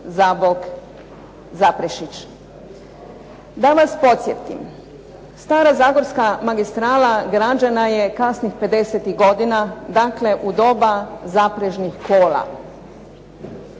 Zabok-Zaprešić. Da vas podsjetim, stara zagorska magistrala građena je kasnih 50-ih godina, dakle u doba zaprežnih kola.